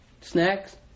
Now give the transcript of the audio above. snacks